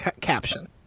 caption